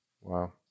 Wow